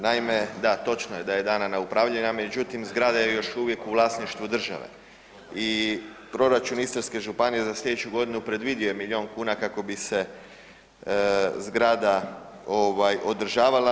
Naime, da točno je da je dana na upravljanje, a međutim zgrada je još uvijek u vlasništvu države i proračun Istarske županije za slijedeću godinu predvidio je milijun kuna kako bi se zgrada ovaj održavala.